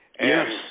Yes